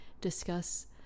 discuss